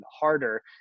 harder